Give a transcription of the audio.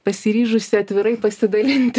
pasiryžusi atvirai pasidalinti